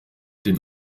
den